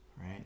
right